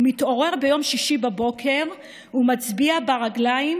הוא מתעורר ביום שישי בבוקר ומצביע ברגליים